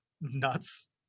nuts